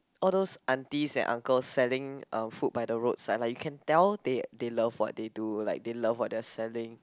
all those aunties and uncles selling uh food by the roadside like you can tell they they love what they do they love what they are selling